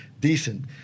decent